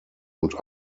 und